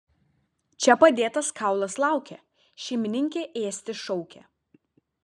čia padėtas kaulas laukia šeimininkė ėsti šaukia